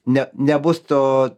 ne nebus to